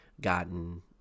gotten